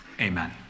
Amen